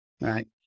right